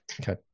Okay